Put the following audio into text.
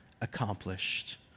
accomplished